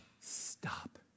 stop